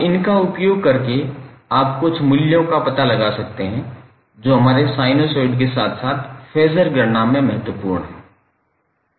अब इनका उपयोग करके आप कुछ मूल्यों का पता लगा सकते हैं जो हमारे साइनसॉइड के साथ साथ फेज़र गणना में महत्वपूर्ण हैं